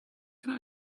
can